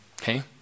Okay